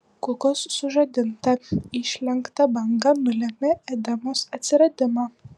kulkos sužadinta išlenkta banga nulėmė edemos atsiradimą